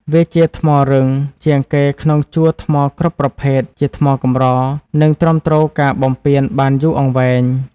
វាជាថ្មរឹងជាងគេក្នុងជួរថ្មគ្រប់ប្រភេទ ជាថ្មកម្រ និងទ្រាំទ្រការបំពានបានយូរអង្វែង។